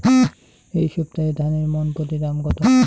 এই সপ্তাহে ধানের মন প্রতি দাম কত?